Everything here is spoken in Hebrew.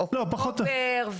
אוקטובר.